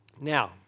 Now